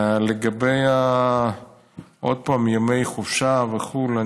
לגבי ימי חופשה וחו"ל,